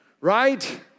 Right